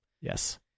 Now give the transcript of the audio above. Yes